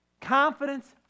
Confidence